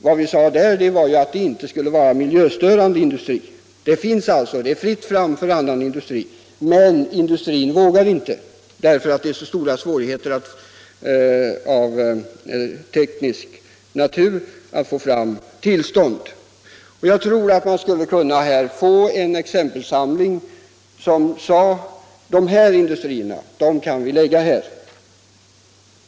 Vad som sades där var att miljöstörande industri inte skulle få förläggas till norra Bohuslän. Det är alltså fritt fram för annan industri, men industrin vågar inte därför att svårigheterna att få tillstånd tekniskt sett är så stora. Jag tror alltså att man skulle kunna göra upp en exempelsamling på vilka industrier som kan förläggas hit.